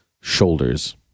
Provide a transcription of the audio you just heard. shoulders